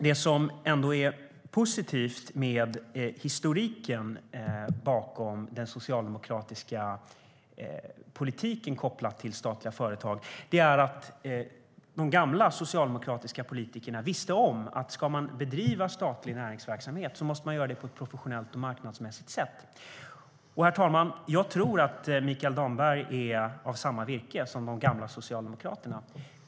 Det som ändå är positivt med historiken bakom den socialdemokratiska politiken kopplad till statliga företag är att de gamla socialdemokratiska politikerna visste om att om man ska bedriva statlig näringsverksamhet måste man göra det på ett professionellt och marknadsmässigt sätt. Herr talman! Jag tror att Mikael Damberg är av samma virke som de gamla socialdemokraterna.